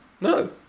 No